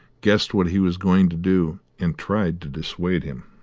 guessed what he was going to do, and tried to dissuade him.